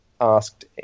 asked